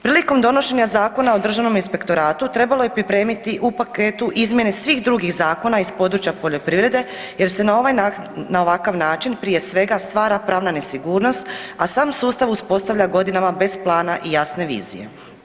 Prilikom donošenja Zakona o državnom inspektoratu trebalo je pripremiti u paketu izmjene svih drugih zakona iz područja poljoprivrede jer se na ovakav način prije svega stvara pravna nesigurnost, a sam sustav uspostavlja godinama bez plana i jasne vizije.